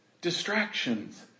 Distractions